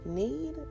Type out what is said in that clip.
need